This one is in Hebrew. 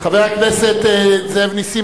חבר הכנסת זאב נסים,